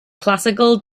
classical